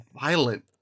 violent